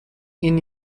این